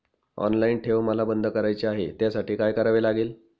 Online ठेव मला बंद करायची आहे, त्यासाठी काय करावे लागेल?